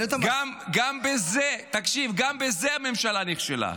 תקשיב, גם בזה הממשלה נכשלה.